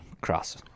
cross